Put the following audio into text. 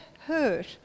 hurt